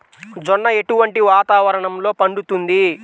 జొన్న ఎటువంటి వాతావరణంలో పండుతుంది?